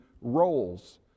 roles